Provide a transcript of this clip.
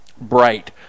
bright